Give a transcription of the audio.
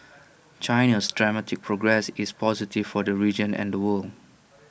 China's dramatic progress is positive for the region and the world